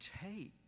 take